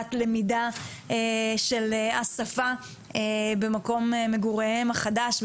תחילת למידה של השפה במקום מגוריהם החדש,